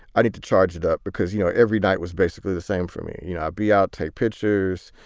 i need to charge it up because, you know, every night was basically the same for me. you know, i'll be out, take pictures,